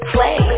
Play